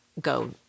Go